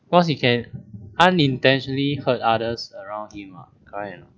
plus you can unintentionally hurt others around him ah correct or not